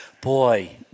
Boy